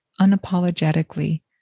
unapologetically